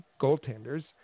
goaltender's